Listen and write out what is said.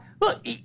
Look